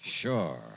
Sure